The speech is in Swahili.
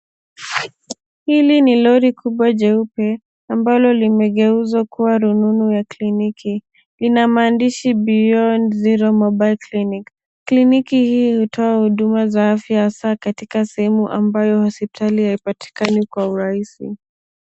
Hili lori kubwa jeupe ambalo limegeuzwa kuwa rununu ya kliniki linamaandishi beyond zero mobile clinic, kliniki hii hutoa huduma za afya hasa katika sehemu amabayo hospitali haipatikani kwa urahisi.